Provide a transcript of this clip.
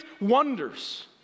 wonders